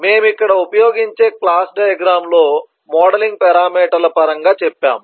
మేము ఇక్కడ ఉపయోగించే క్లాస్ డయాగ్రమ్ లో మోడలింగ్ పేరామీటర్లు పరంగా చెప్పాము